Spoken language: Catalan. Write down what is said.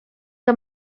que